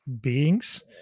beings